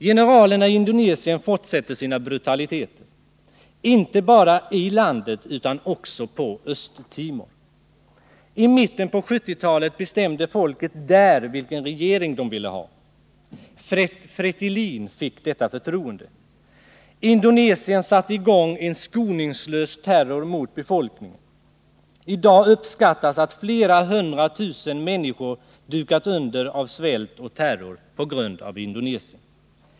Generalerna i Indonesien fortsätter sina brutaliteter, inte bara i landet utan också på Östtimor. I mitten på 1970-talet bestämde folket där vilken regering det ville ha. Fretilin fick detta förtroende. Indonesien satte i gång en skoningslös terror mot befolkningen. I dag uppskattas att flera hundra tusen människor dukat under av svält och terror på grund av Indonesiens aktioner.